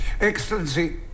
Excellency